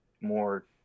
more